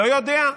לא יודע.